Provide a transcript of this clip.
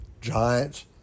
giants